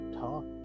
talk